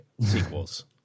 sequels